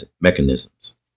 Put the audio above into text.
mechanisms